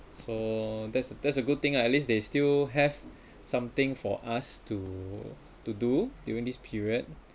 so that's that's a good thing ah at least they still have something for us to to do during this period